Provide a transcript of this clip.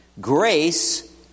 Grace